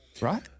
right